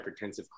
hypertensive